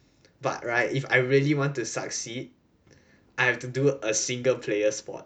but right if I really want to succeed I have to do a single player sport